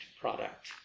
product